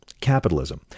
capitalism